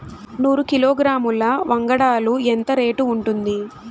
నూరు కిలోగ్రాముల వంగడాలు ఎంత రేటు ఉంటుంది?